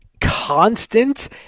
constant